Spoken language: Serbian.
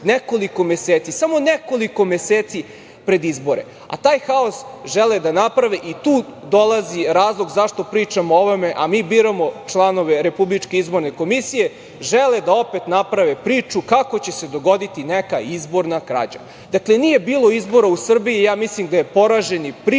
nekoliko meseci, samo nekoliko meseci pred izbore. Taj haos žele da naprave i tu dolazi razlog zašto pričam o ovome, a mi biramo članove RIK. Žele da opet naprave priču kako će se dogoditi neka izborna krađa. Dakle, nije bilo izbora u Srbiji, mislim, da je poraženi prišao